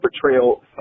portrayal